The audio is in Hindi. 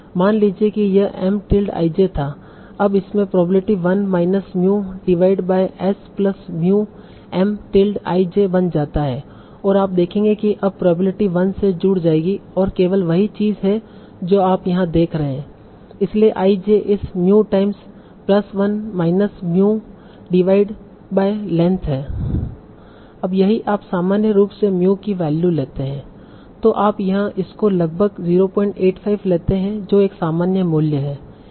मान लीजिए कि यह M टिल्ड i j था अब इसमें probability 1 minus mu divide by S plus mu M tilde i j बन जाता है और आप देखेंगे कि अब प्रोबेबिलिटी 1 से जुड़ जाएगी और केवल वही चीज है जो आप यहां देख रहे हैं इसलिए i j इस mu times plus 1 minus mu divide by length है अब यदि आप सामान्य रूप से mu की वैल्यू लेते हैं तों आप यहां इसको लगभग 085 लेते है जो एक सामान्य मूल्य है